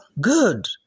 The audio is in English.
good